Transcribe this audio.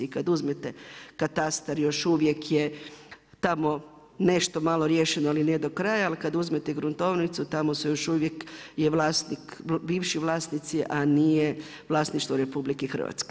Kad uzmete katastar još uvijek je tamo nešto malo riješeno, ali nije do kraja, ali kad uzmete gruntovnicu, tamo su još uvijek bivši vlasnici, a nije vlasništvo RH.